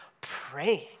praying